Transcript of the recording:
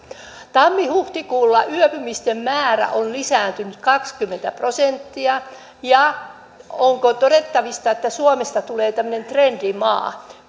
tammi huhtikuulla yöpymisten määrä on lisääntynyt kaksikymmentä prosenttia onko todettavissa että suomesta tulee tämmöinen trendimaa